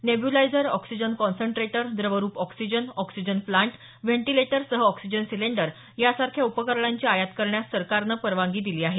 nebuliser oxygen concentrator द्रवरुप oxygen oxygen plant ventilator सह oxygen cylinder यासारख्या उपकरणांची आयात करण्यास सरकारनं परवानगी दिली आहे